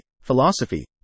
philosophy